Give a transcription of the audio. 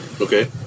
Okay